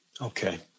Okay